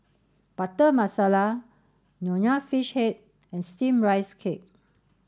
butter masala nonya fish head and steam rice cake